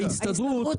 בהסתדרות,